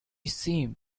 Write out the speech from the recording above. seemed